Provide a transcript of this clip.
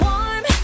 Warm